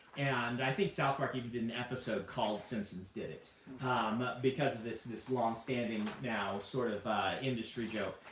and i think south park even did an episode called simpsons did it because of this this long-standing now sort of industry joke.